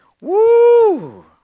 Woo